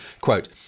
Quote